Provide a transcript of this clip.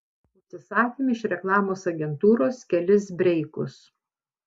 užsisakėm iš reklamos agentūros kelis breikus